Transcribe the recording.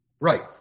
Right